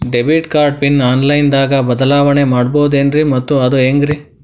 Debit card PIN online ದಾಗ ಬದಲಾವಣೆ ಮಾಡಬಹುದೇನ್ರಿ ಮತ್ತು ಅದು ಹೆಂಗ್ರಿ?